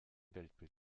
weltbild